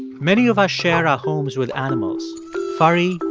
many of us share our homes with animals furry,